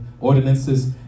ordinances